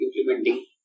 implementing